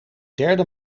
derde